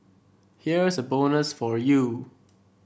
here's a bonus for you